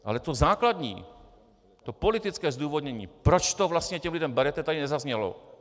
Ale to základní, to politické zdůvodnění, proč to vlastně těm lidem berete, tady nezaznělo.